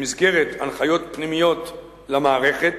במסגרת הנחיות פנימיות למערכת,